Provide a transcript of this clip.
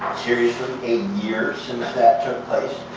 seriously, a year since that took place.